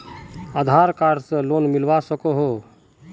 आधार card से की loan मिलवा सकोहो?